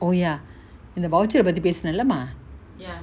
oh ya அந்த:antha voucher ah பத்தி பேசினலமா:pathi pesinalama ah